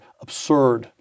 absurd